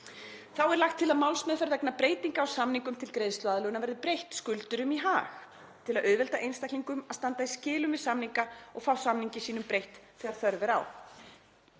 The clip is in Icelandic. Þá er lagt til að málsmeðferð vegna breytinga á samningum til greiðsluaðlögunar verði breytt skuldurum í hag til að auðvelda einstaklingum að standa í skilum við samninga og fá samningi sínum breytt þegar þörf er á.“